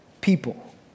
people